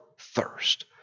thirst